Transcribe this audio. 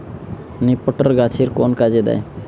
নিপটর গাছের কোন কাজে দেয়?